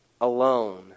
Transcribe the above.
alone